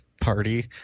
party